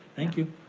thank you.